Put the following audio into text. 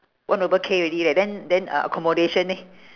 one over K already right then then uh accommodation leh